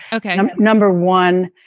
ok, i'm number one.